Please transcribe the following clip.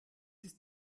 ist